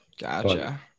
Gotcha